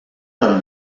del